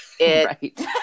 Right